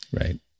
Right